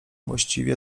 właściwie